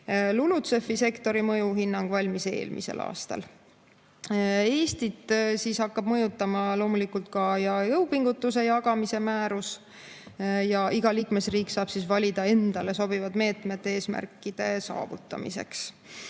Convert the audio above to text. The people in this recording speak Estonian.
LULUCF‑i sektori mõjuhinnang valmis eelmisel aastal. Eestit hakkab mõjutama loomulikult ka jõupingutuste jagamise määrus ja iga liikmesriik saab valida endale sobivad meetmed eesmärkide saavutamiseks.